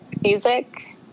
music